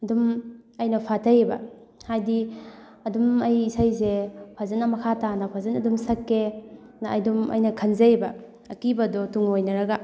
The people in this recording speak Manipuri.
ꯑꯗꯨꯝ ꯑꯩꯅ ꯐꯥꯊꯩꯌꯦꯕ ꯍꯥꯏꯗꯤ ꯑꯗꯨꯝ ꯑꯩ ꯏꯁꯩꯁꯦ ꯐꯖꯅ ꯃꯈꯥ ꯇꯥꯅ ꯐꯖꯅ ꯑꯗꯨꯝ ꯁꯛꯀꯦ ꯅ ꯑꯩꯗꯣ ꯑꯗꯨꯝ ꯈꯟꯖꯩꯌꯦꯕ ꯑꯀꯤꯕꯗꯣ ꯇꯨꯡꯑꯣꯏꯅꯔꯒ